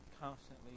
constantly